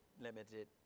limited